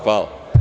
Hvala.